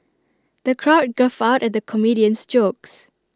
the crowd guffawed at the comedian's jokes